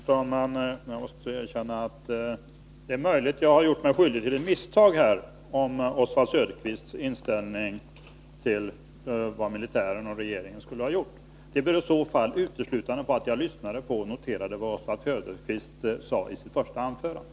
Herr talman! Jag måste erkänna att det är möjligt att jag har gjort mig skyldig till ett misstag när det gäller Oswald Söderqvists inställning till vad militären och regeringen skulle ha gjort. Det beror i så fall uteslutande på att jag lyssnade till och noterade vad Oswald Söderqvist sade i sitt första anförande.